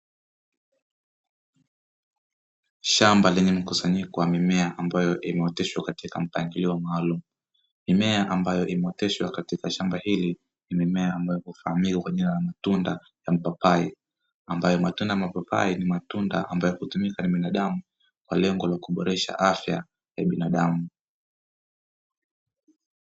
Shamba lenye mkusanyiko wa mimea ambayo imeoteshwa katika mpangilio maalumu, mimea ambayo imeoteshwa katika shamba hili ni mimea ambayo hufahamika kwa jina la matunda ya mpapai ambayo matendo ya mapapai ni matunda ambayo hutumika ni binadamu kwa lengo la kuboresha afya ya binadamu.